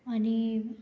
आनी